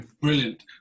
Brilliant